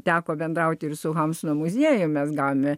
teko bendrauti ir su hamsuno muziejumi mes gavome